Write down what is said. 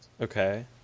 Okay